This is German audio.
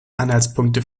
anhaltspunkte